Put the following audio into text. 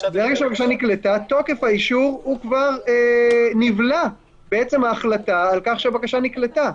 תוקף האישור כבר נבלע בעצם ההחלטה על כך שהבקשה נקלטה.